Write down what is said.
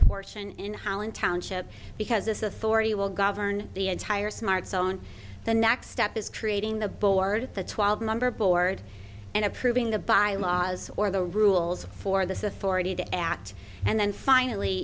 portion in holland township because this authority will govern the entire smart zone the next step is creating the board the twelve member board and approving the bylaws or the rules for this authority to act and then finally